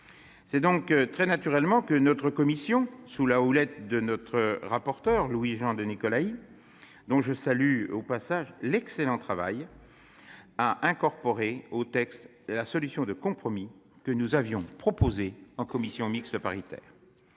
C'est donc très naturellement que notre commission, sous la houlette du rapporteur, Louis-Jean de Nicolaÿ, dont je salue au passage l'excellent travail, a incorporé au texte la solution de compromis que nous avons proposée en commission mixte paritaire.